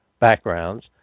backgrounds